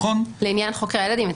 לעניין חוקרי הילדים,